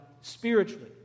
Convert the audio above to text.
spiritually